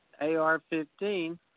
AR-15